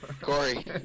Corey